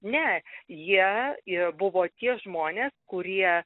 ne jie buvo tie žmonės kurie